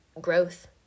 growth